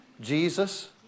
Jesus